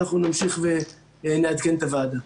אנחנו נמשיך ונעדכן את הוועדה.